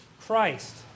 Christ